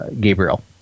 Gabriel